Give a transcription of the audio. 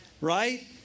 right